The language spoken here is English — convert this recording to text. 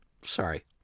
Sorry